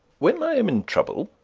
when i am in trouble,